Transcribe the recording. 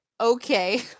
okay